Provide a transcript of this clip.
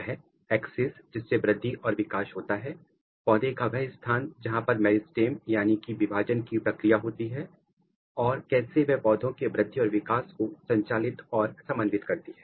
वह एक्सेस जिससे वृद्धि और विकास होता है पौधे का वह स्थान जहां पर मेरिस्टमैटिक यानी कि विभाजन की प्रक्रिया होती है और कैसे वह पौधे के वृद्धि और विकास को संचालित और समन्वित करती है